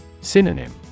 Synonym